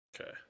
Okay